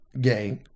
gay